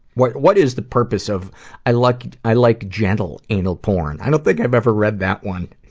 what what is the purpose of i like i like gentle anal porn. i don't think i've ever read that one.